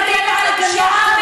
ודברים ארסיים יוצאים.